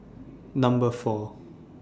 Number four